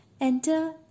Enter